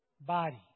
body